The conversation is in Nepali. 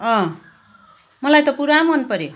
मलाई त पूरा मन पऱ्यो